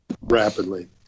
Rapidly